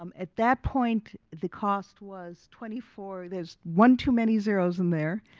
um at that point the cost was twenty four, there one too many zeros in there,